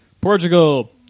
portugal